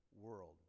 world